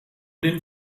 den